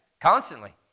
constantly